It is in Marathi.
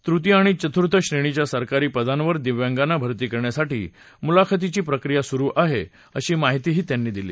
तृतीय आणि चतुर्थ श्रेणीच्या सरकारी पदांवर दिव्यांगांना भरती करण्यासाठी मुलाखतीची प्रक्रिया सुरू आहे अशी माहितीही त्यांनी दिली